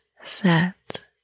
set